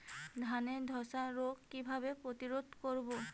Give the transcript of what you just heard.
ধানে ধ্বসা রোগ কিভাবে প্রতিরোধ করব?